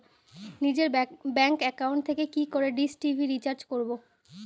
নিজের bank account থেকে কি করে ডিশ টি.ভি রিচার্জ করবো?